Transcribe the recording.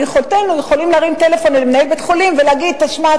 ביכולתנו להרים טלפון אל מנהל בית-החולים ולהגיד: תשמע,